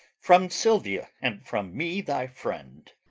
from silvia, and from me thy friend.